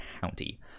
County